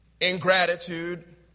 ingratitude